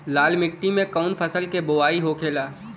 लाल मिट्टी में कौन फसल के बोवाई होखेला?